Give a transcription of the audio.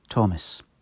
Thomas